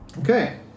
Okay